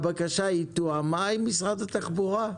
הבקשה תואמה עם משרד התחבורה?